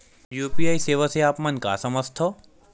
UPI सेवा से आप मन का समझ थान?